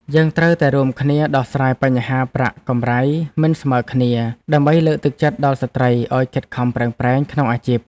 យើងត្រូវតែរួមគ្នាដោះស្រាយបញ្ហាប្រាក់កម្រៃមិនស្មើគ្នា ដើម្បីលើកទឹកចិត្តដល់ស្ត្រីឱ្យខិតខំប្រឹងប្រែងក្នុងអាជីព។